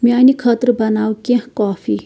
میانہِ خٲطرٕ بناو کینٛہہ کافی